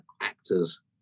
actors